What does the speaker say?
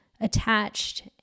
attached